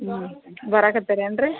ಹ್ಞೂ ಬರಕ್ಕೆ ಹತ್ತೇರೇನು ರೀ